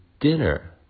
dinner